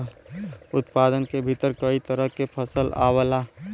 उत्पादन के भीतर कई तरह के फसल आवला